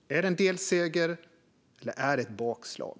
Är det en delseger, eller är det ett bakslag?